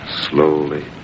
slowly